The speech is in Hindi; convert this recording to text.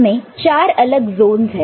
इसमें चार अलग जोनस है